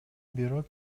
бирок